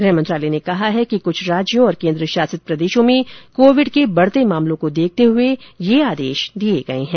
गृह मंत्रालय ने कहा है कि कुछ राज्यों और केन्द्र शासित प्रदेशों में कोविड के बढ़ते मामलों को देखते हुए यह आदेश दिये गये हैं